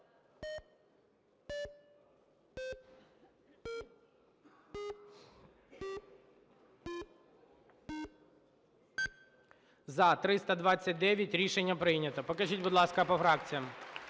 За-329 Рішення прийнято. Покажіть, будь ласка, по фракціям.